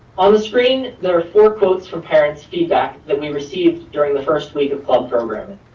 on the screen, there are four quotes from parents feedback that we received during the first week of club programming.